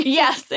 yes